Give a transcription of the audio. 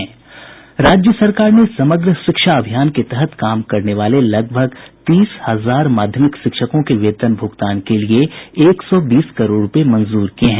राज्य सरकार ने समग्र शिक्षा अभियान के तहत काम करने वाले लगभग तीस हजार माध्यमिक शिक्षकों के वेतन भूगतान के लिए एक सौ बीस करोड़ रूपये मंजूर किये हैं